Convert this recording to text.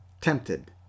tempted